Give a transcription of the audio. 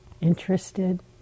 interested